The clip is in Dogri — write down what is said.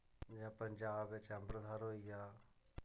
जां पंजाब बिच्च अम्बरसर होई गेआ